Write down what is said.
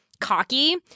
cocky